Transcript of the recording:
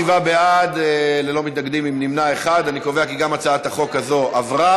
ההצעה להעביר את הצעת חוק הטבות לניצולי שואה (תיקון,